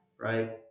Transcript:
right